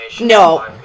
No